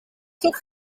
toch